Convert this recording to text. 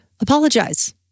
Apologize